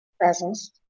presence